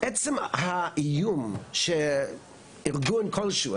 עצם האיום שארגון כלשהו,